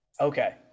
Okay